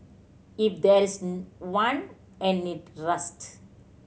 if there's one and it rust